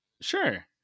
Sure